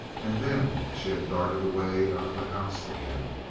and then she had darted away out of the house again.